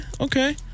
Okay